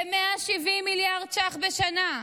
ב-170 מיליארד שקלים בשנה.